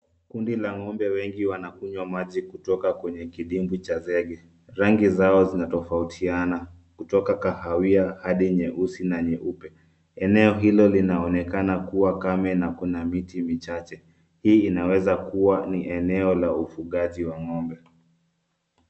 Kundi la ngombe wengi wanakunywa maji kutoka kwenye kidimbwi cha zege. Rangi zao zinatofautiana kutoka kahawia hadi nyeusi na nyeupe. Eneo hilo linaonekana kuwa kame na kuna miti michache. Hii inaweza kuwa ni eneo la ufugaji wa ng'ombe.